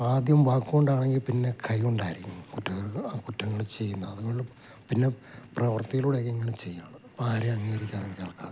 ആദ്യം വാക്കു കൊണ്ടാണെങ്കിൽ പിന്നെ കൈ കൊണ്ടായിരിക്കും കുറ്റങ്ങൾ കുറ്റങ്ങൾ ചെയ്യുന്നത് അതിങ്ങൾ പിന്നെ പ്രവൃത്തിയിലൂടെ ഇങ്ങനെ ചെയ്യാണ് ഇപ്പോൾ ആരേം അംഗീകരിക്കാതെ ഇരിക്കാനുള്ള കാരണം